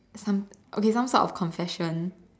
some okay some sort of confession